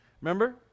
Remember